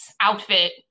outfit